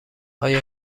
آیا